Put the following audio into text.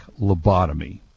lobotomy